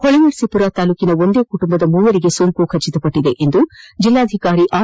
ಹೊಳೆ ನರಸೀಪುರ ತಾಲ್ಲೂಕಿನ ಒಂದೇ ಕುಟುಂಬದ ಮೂವರಿಗೆ ಸೋಂಕು ಧ್ವಡಪಟ್ಟದೆ ಎಂದು ಜಲ್ಲಾಧಿಕಾರಿ ಆರ್